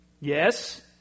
yes